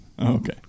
Okay